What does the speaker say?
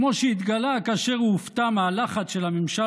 כמו שהתגלה כאשר הוא הופתע מהלחץ של הממשל